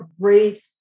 great